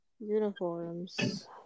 Uniforms